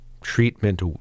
treatment